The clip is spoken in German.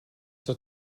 zur